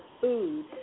food